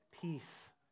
peace